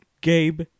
Gabe